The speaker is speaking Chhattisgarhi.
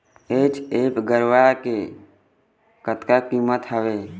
एच.एफ गरवा के कतका कीमत हवए?